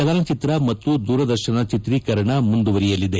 ಚಲನಚಿತ್ರ ಮತ್ತು ದೂರದರ್ಶನ ಚಿತ್ರೀಕರಣ ಮುಂದುವರಿಯಲಿದೆ